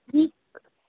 ठीकु